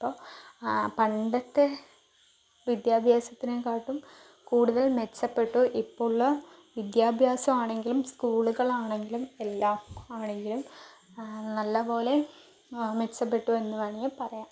ഇപ്പോൾ ആ പണ്ടത്തെ വിദ്യാഭ്യാസത്തിനേക്കാളും കൂടുതൽ മെച്ചപ്പെട്ടു ഇപ്പോഴുള്ള വിദ്യാഭ്യാസം ആണെങ്കിലും സ്കൂളുകൾ ആണെങ്കിലും എല്ലാം ആണെങ്കിലും നല്ലപോലെ മെച്ചപ്പെട്ടു എന്ന് വേണമെങ്കിൽ പറയാം